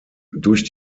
durch